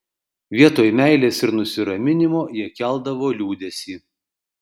vietoj meilės ir nusiraminimo jie keldavo liūdesį